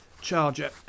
charger